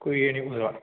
ꯀꯨꯏꯔꯦꯅꯦ ꯎꯗꯕ